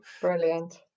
brilliant